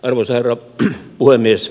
arvoisa herra puhemies